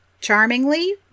charmingly